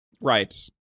Right